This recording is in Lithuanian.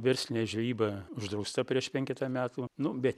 verslinė žvejyba uždrausta prieš penketą metų nu be